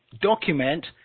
document